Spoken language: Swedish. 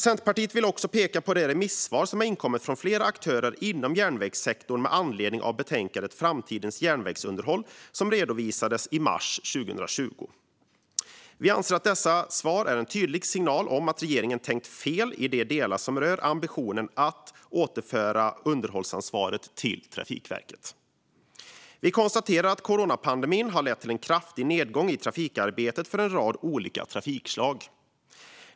Centerpartiet vill också peka på de remissvar som har inkommit från flera aktörer inom järnvägssektorn med anledning av betänkandet Framtidens jä rn vägsunderhåll , som redovisades den 31 mars 2020. Vi anser att dessa svar är en tydlig signal om att regeringen tänkt fel i de delar som rör ambitionen att återföra underhållsansvaret till Trafikverket. Vi konstaterar att coronapandemin har lett till en kraftig nedgång i trafikarbetet för en rad olika trafikslag.